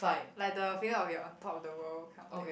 like the feeling of you're on top of the world kind of thing